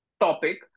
topic